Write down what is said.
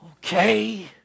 Okay